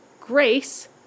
Grace